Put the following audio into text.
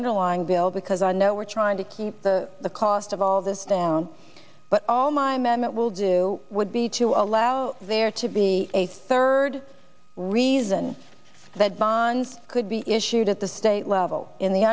underlying bill because i know we're trying to keep the cost of all this down but all my men will do would be to allow there to be a third reason that bond could be issued at the state level in the